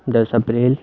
दस अप्रैल